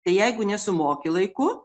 tai jeigu nesumoki laiku